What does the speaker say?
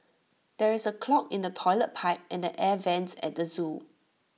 there is A clog in the Toilet Pipe and air Vents at the Zoo